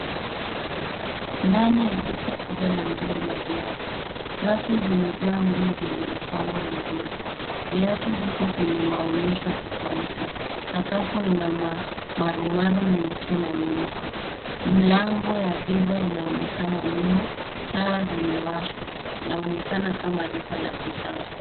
Ndani ya duka kubwa la nguo na viatu, rafu zimejaa nguo zilizopangwa vizuri. Viatu vipo kwenye maonyesho tofauti. Sakafu ina marumaru nyeusi na nyeupe. Mlango ya giza inaonekana nyuma. Taa zimewashwa. Inaonekana kama duka la kisasa.